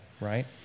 Right